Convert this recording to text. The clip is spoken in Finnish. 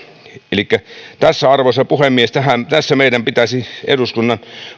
elikkä tässä arvoisa puhemies meidän pitäisi eduskunnan